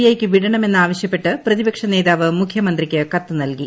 ഐയ്ക്ക് വിടണമെന്ന് ആപ്പശ്യപ്പെട്ട് പ്രതിപക്ഷനേതാവ് മുഖ്യമന്ത്രിക്ക് കത്ത് നൽകി